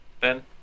Ben